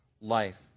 life